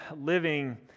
living